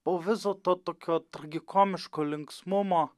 po viso to tokio tragikomiško linksmumo